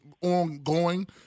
ongoing